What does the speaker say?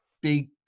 big